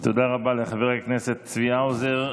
תודה רבה לחבר הכנסת צבי האוזר.